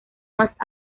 más